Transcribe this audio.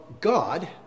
God